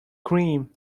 cream